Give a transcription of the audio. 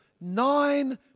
nine